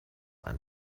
ein